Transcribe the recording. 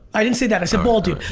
i didn't say that. i said ball, dude.